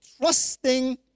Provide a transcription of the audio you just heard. trusting